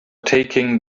taking